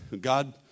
God